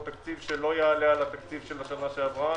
תקציב שלא יעלה על התקציב של השנה שעברה.